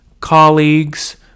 colleagues